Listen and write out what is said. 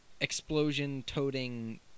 explosion-toting